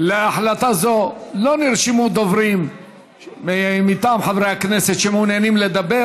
להחלטה זו לא נרשמו דוברים מטעם חברי הכנסת שמעוניינים לדבר.